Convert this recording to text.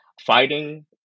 fighting